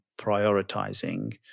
prioritizing